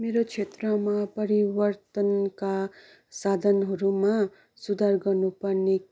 मेरो क्षेत्रमा परिवर्तनका साधनहरूमा सुधार गर्नु पर्ने